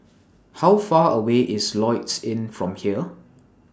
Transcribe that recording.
How Far away IS Lloyds Inn from here